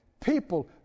people